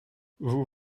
vous